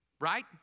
right